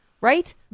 right